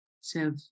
self